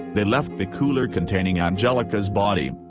they left the cooler containing anjelica's body.